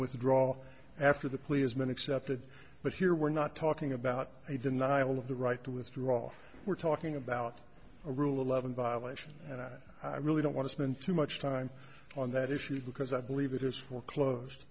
withdraw after the plea is men accepted but here we're not talking about a denial of the right to withdraw we're talking about a rule eleven violation and i i really don't want to spend too much time on that issue because i believe that his foreclosed